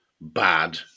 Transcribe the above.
bad